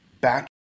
back